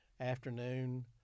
afternoon